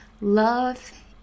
love